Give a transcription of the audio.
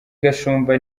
gashumba